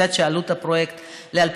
אני יודעת שעלות הפרויקט ל-2017